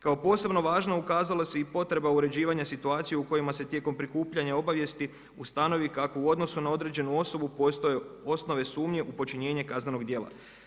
Kao posebno važno ukazala se i potreba uređivanja situacije u kojima se tijekom prikupljanja obavijesti ustanovi kako u odnosu na određenu osobu postoje osnove sumnje u počinjenje kaznenog dijela.